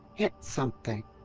hit something?